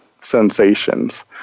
sensations